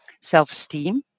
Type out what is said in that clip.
self-esteem